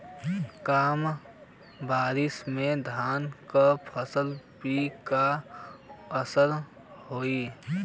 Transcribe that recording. कम बारिश में धान के फसल पे का असर होई?